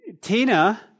Tina